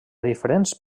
diferents